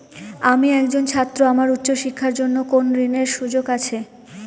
আমি একজন ছাত্র আমার উচ্চ শিক্ষার জন্য কোন ঋণের সুযোগ আছে?